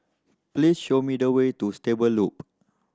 please show me the way to Stable Loop